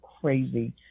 crazy